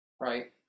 Right